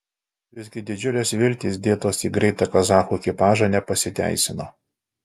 visgi didžiulės viltys dėtos į greitą kazachų ekipažą nepasiteisino